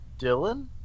Dylan